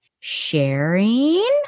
sharing